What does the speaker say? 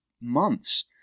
months